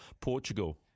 Portugal